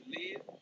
live